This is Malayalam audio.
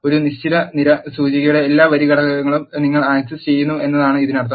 ഒരു നിശ്ചിത നിര സൂചികയുടെ എല്ലാ വരി ഘടകങ്ങളും നിങ്ങൾ ആക്സസ് ചെയ്യുന്നു എന്നാണ് ഇതിനർത്ഥം